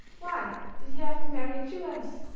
why did he have to marry a jewess?